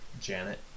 Janet